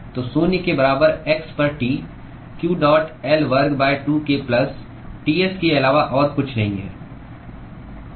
तो शून्य के बराबर x पर T q डॉट L वर्ग 2k प्लस Ts के अलावा और कुछ नहीं है